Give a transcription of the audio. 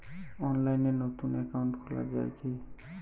অনলাইনে নতুন একাউন্ট খোলা য়ায় কি?